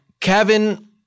Kevin